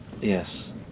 Yes